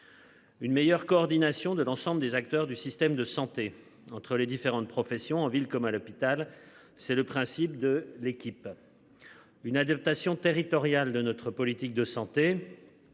Une meilleure coordination de l'ensemble des acteurs du système de santé entre les différentes professions, en ville comme à l'hôpital. C'est le principe de l'équipe. Une adaptation territoriale de notre politique de santé.